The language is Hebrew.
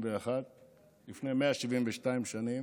לפני 172 שנים.